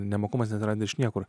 nemokumas yra virš niekur